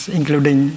including